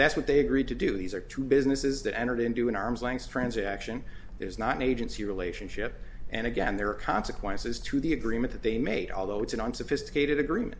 that's what they agreed to do these are two businesses that entered into an arm's length transaction is not an agency relationship and again there are consequences to the agreement that they made although it's an unsophisticated agreement